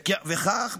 וכך,